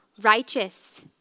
righteous